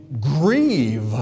grieve